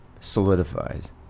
solidifies